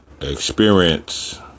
experience